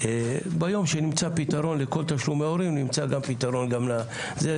ביום שנמצא פתרון לכל תשלומי ההורים נמצא פתרון גם לזה.